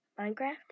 Minecraft